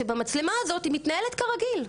שבמצלמה הזאת היא מתנהלת כרגיל,